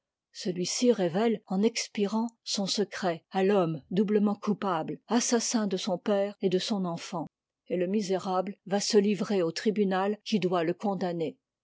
celui-ci révèle en expirant son secret à l'homme doublement coupable assassin de son père et de son enfant et le misérable va se livrer au tribunal qui doit le condamner